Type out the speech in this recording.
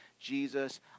Jesus